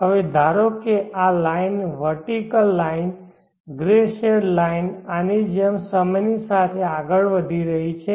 હવે ધારો કે આ line vertical line grey shade line આની જેમ સમયની સાથે આગળ વધી રહી છે